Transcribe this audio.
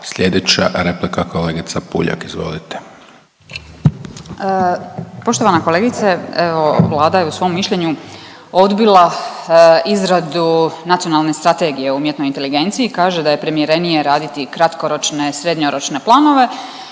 Slijedeća replika kolegica Puljak, izvolite. **Puljak, Marijana (Centar)** Poštovana kolegice evo Vlada je u svom mišljenju odbila izradu nacionalne strategije o umjetnoj inteligenciji, kaže da je primjerenije raditi kratkoročne, srednjoročne planove